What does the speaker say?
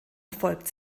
erfolgt